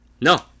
no